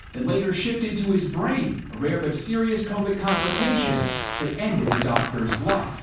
then later shifted to his brain. a rare but serious covid complication that ended the doctor's life.